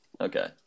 Okay